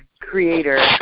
creator